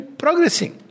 progressing